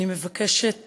אני מבקשת